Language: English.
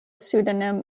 pseudonym